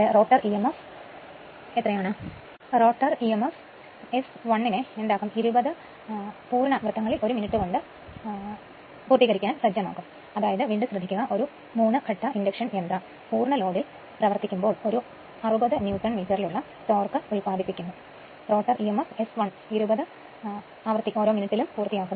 rotor e m f S 120 പ്രാവശ്യം മുഴുവൻ ആയി ഒരു മിനിറ്റിൽ തിരിയും